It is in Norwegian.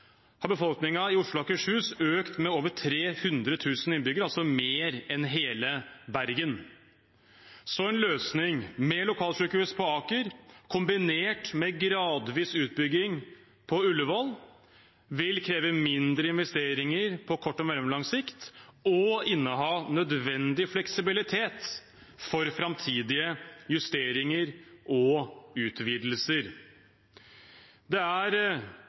har befolkningen i Oslo og Akershus økt med over 300 000 innbyggere, altså mer enn hele Bergen. Så en løsning med lokalsykehus på Aker, kombinert med gradvis utbygging på Ullevål, vil kreve mindre investeringer på kort og mellomlang sikt og inneha nødvendig fleksibilitet for framtidige justeringer og utvidelser. Det er